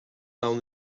down